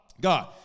God